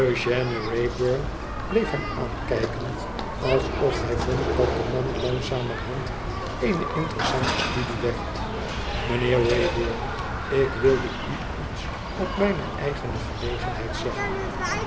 aankijken alsof hij vond dat de man langzamerhand eene interessante studie werd mijnheer wrayburn ik wilde u iets op mijne eigene gelegenheid zeggen